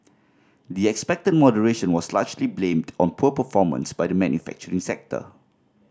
the expected moderation was largely blamed on poor performance by the manufacturing sector